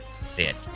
sit